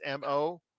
MO